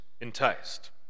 enticed